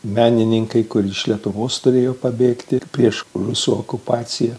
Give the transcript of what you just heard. menininkai kur iš lietuvos turėjo pabėgti ir prieš rusų okupaciją